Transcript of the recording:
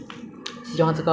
不然只是好转一点